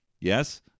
Yes